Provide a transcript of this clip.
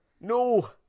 No